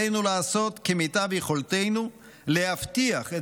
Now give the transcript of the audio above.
עלינו לעשות כמיטב יכולתנו להבטיח את